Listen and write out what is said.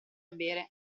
bere